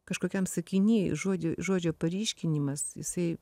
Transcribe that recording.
kažkokiam sakiny žodį žodžio paryškinimas jisai